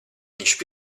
viņš